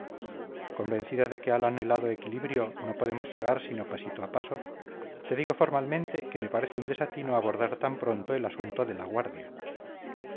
convencida de que al anhelado equilibrio no podemos llegar sino pasito a paso te digo formalmente que me parece un desatino abordar tan pronto el asunto de la guardia